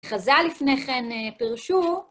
חז"ל לפני כן פרשו.